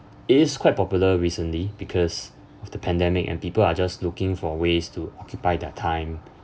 it is quite popular recently because of the pandemic and people are just looking for ways to occupy their time